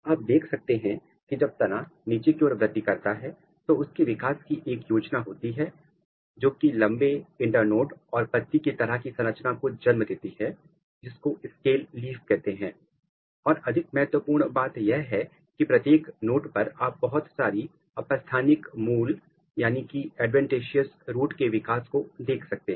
आप देख सकते हैं कि जब तना नीचे की ओर वृद्धि करता है तो उसके पास विकास की एक योजना होती है जोकि लंबे इंटर्नोड और पत्ती की तरह की संरचना को जन्म देती है जिसको स्केल लीफ कहते हैं और अधिक महत्वपूर्ण बात यह है की प्रत्येक नोड पर आप बहुत सारी अपस्थानिक मूल एड्वेंटिशियास रूट के विकास को देख सकते हैं